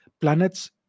Planets